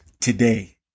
today